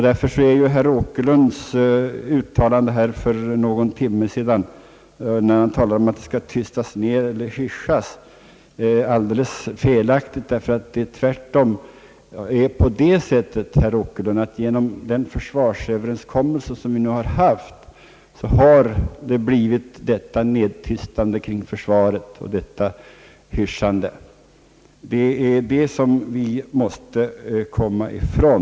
Därför är herr Åkerlunds uttalande här för någon timme sedan att försvarsfrågan nu skulle tystas ned eller hyssjas ned alldeles felaktigt, ty det är tvärtom på det sättet att genom den försvarsöverenskommelse som vi har haft har det blivit detta nedtystande och detta hyssjande kring försvaret. Det är det som vi måste komma ifrån.